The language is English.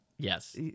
Yes